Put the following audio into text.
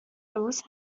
امروز